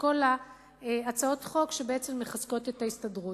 כל הצעות החוק שבעצם מחזקות את ההסתדרות.